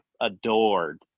adored